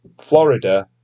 Florida